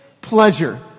pleasure